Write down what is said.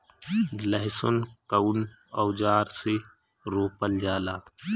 लहसुन कउन औजार से रोपल जाला?